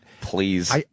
please